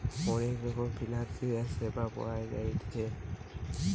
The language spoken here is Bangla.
অনেক রকমের ফিনান্সিয়াল সেবা পাওয়া জাতিছে